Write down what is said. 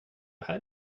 här